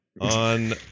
on